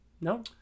No